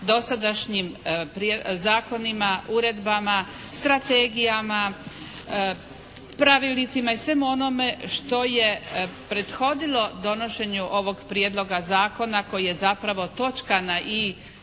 dosadašnjim zakonima, uredbama, strategijama, pravilnicima i svemu onome što je prethodilo donošenju ovog prijedloga zakona koji je zapravo točka na i